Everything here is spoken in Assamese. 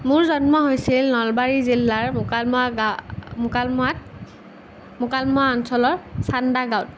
মোৰ জন্ম হৈছিল নলবাৰী জিলাৰ মুকালমুৱা গাঁও মুকালমুৱাত মুকালমুৱা অঞ্চলৰ চান্দা গাঁৱত